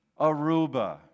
Aruba